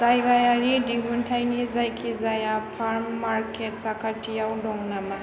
जायगायारि दिहुन्थाइनि जायखिजाया फार्म मार्केट साखाथियाव दं नामा